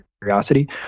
curiosity